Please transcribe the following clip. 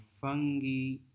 fungi